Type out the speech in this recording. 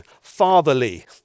fatherly